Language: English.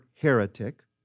heretic